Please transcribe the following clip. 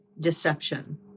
deception